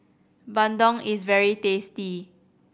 bandung is very tasty